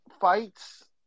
fights